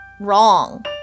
Wrong